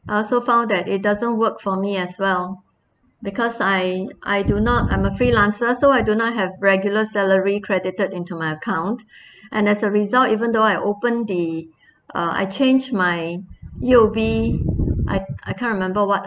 I also found that it doesn't work for me as well because I I do not I'm a freelancer so I do not have regular salary credited into my account and as a result even though I open the uh I change my U_O_B I I can't remember what